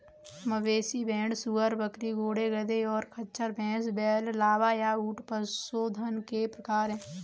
मवेशी, भेड़, सूअर, बकरी, घोड़े, गधे, और खच्चर, भैंस, बैल, लामा, या ऊंट पशुधन के प्रकार हैं